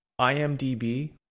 IMDB